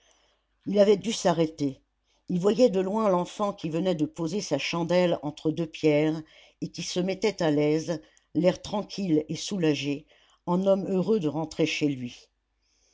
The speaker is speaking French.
il avait dû s'arrêter il voyait de loin l'enfant qui venait de poser sa chandelle entre deux pierres et qui se mettait à l'aise l'air tranquille et soulagé en homme heureux de rentrer chez lui